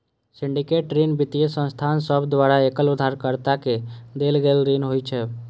syndicate ऋण वित्तीय संस्थान सभ द्वारा एकल उधारकर्ता के देल गेल ऋण होइ छै